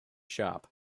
shop